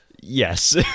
Yes